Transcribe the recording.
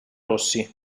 rossi